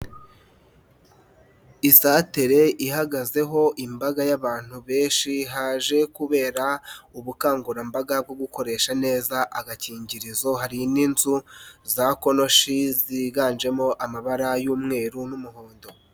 Isantere ihagazeho imbaga y'abantu benshi haje kubera ubukangurambaga bwo gukoresha neza agakingirizo hari n'inzu za konoshi ziganjemo amabara y'umweru n'umuhondo.